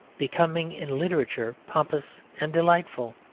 becoming in literature pompous and delightful.